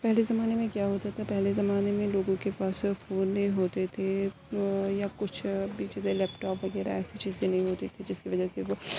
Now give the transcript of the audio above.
پہلے زمانے میں کیا ہوتا تھا پہلے زمانے میں لوگوں کے پاس فون نہیں ہوتے تھے یا کچھ اور بھی چیزیں لیپ ٹاپ وغیرہ ایسی چیزیں نہیں ہوتی تھی جس کی وجہ سے